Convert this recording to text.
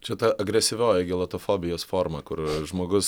čia ta agresyvioji gelotofobijos forma kur žmogus